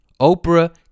Oprah